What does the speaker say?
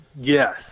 Yes